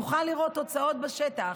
נוכל לראות תוצאות בשטח.